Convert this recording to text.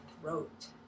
throat